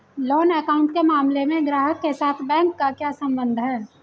Loan account के मामले में ग्राहक के साथ बैंक का क्या संबंध है?